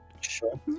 Sure